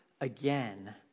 again